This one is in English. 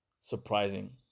surprising